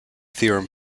theorem